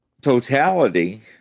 Totality